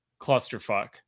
clusterfuck